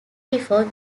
before